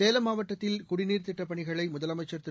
சேலம் மாவட்டத்தில் குடிநீர் திட்டப் பணிகளை முதலமைச்சர் திரு